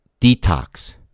detox